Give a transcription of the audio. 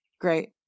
Great